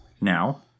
now